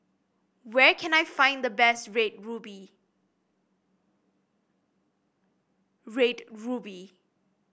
where can I find the best Red Ruby Red Ruby